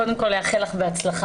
קודם כל, לאחל לך בהצלחה.